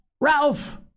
Ralph